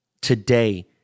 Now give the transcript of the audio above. today